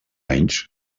anys